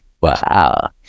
Wow